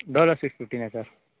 Dolo six ಫಿಫ್ಟಿನೇ sir